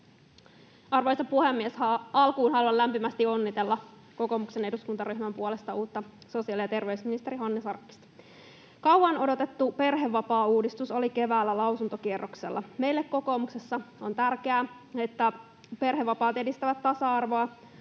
Arvoisa puhemies! Alkuun haluan lämpimästi onnitella kokoomuksen eduskuntaryhmän puolesta uutta sosiaali‑ ja terveysministeriä Hanna Sarkkista. Kauan odotettu perhevapaauudistus oli keväällä lausuntokierroksella. Meille kokoomuksessa on tärkeää, että perhevapaat edistävät tasa-arvoa,